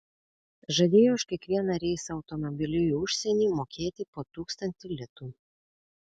žadėjo už kiekvieną reisą automobiliu į užsienį mokėti po tūkstantį litų